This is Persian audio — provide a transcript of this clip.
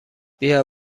بیا